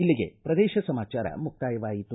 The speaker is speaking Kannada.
ಇಲ್ಲಿಗೆ ಪ್ರದೇಶ ಸಮಾಚಾರ ಮುಕ್ತಾಯವಾಯಿತು